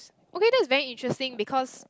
okay that was very interesting because